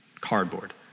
cardboard